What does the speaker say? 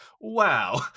wow